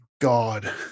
god